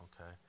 okay